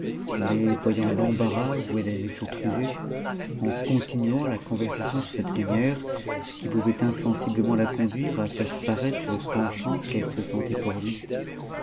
mais voyant l'embarras où elle allait se trouver eu continuant la conversation sur cette matière qui pouvait insensiblement la conduire à faire parattre le penchant qu'elle se sentait pour lui